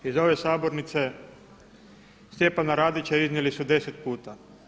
Iz ove sabornice Stjepana Radića iznijeli su deset puta.